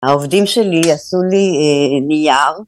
העובדים שלי עשו לי נייר